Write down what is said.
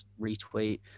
retweet